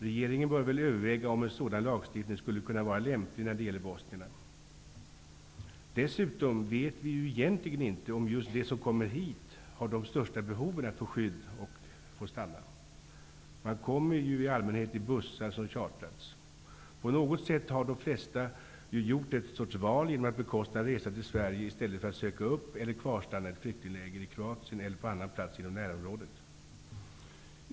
Regeringen bör väl överväga om en sådan lagstiftning skulle kunna vara lämplig när det gäller bosnierna. Dessutom vet vi egentligen inte om just de som kommer hit har de största behoven att få skydd och få stanna. Man kommer i allmänhet i bussar som chartrats. På något sätt har de flesta gjort en sorts val genom att bekosta en resa till Sverige i stället för att söka upp eller kvarstanna i ett flyktingläger i Kroatien eller på annan plats inom närområdet.